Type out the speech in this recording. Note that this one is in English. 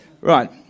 Right